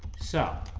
so